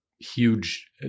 huge